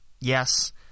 yes